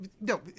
no